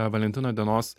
valentino dienos